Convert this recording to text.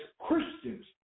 Christians